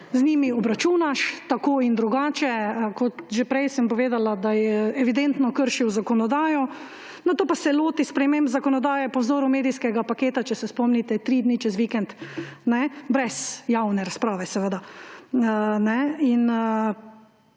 z njimi obračunaš tako in drugače, kot že prej sem povedala, da je evidentno kršil zakonodajo, nato pa se loti sprememb zakonodaje po vzoru medijskega paketa, če se spomnite ‒ tri dni, čez vikend, brez javne razprave seveda.